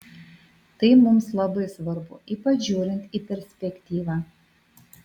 tai mums labai svarbu ypač žiūrint į perspektyvą